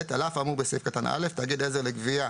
על אף האמור בסעיף קטן (א), תאגיד עזר לגבייה